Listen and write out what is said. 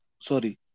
Sorry